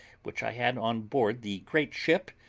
which i had on board the great ship,